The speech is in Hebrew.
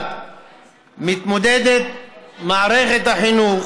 מתמודדת מערכת החינוך